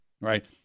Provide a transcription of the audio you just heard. right